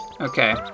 Okay